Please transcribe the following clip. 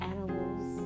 Animals